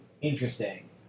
Interesting